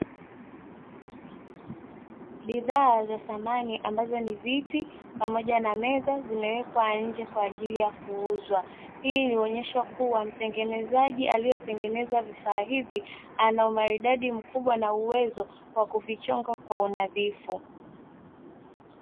Bidhaa za samani ambazo ni viti pamoja na meza, zimewekwa nje kwa ajili ya kuuzwa. Hii huonyesha kuwa; mtengenezaji aliyetengeneza vifaa hivi, ana umaridadi mkubwa na uwezo wa kuvichonga kwa unadhifu.